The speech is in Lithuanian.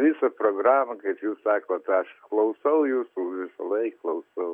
visą programą kaip jūs sakot aš klausau jūsų visąlaik klausau